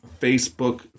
Facebook